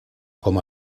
com